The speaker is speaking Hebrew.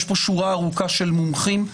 יש פה שורה ארוכה של מומחים.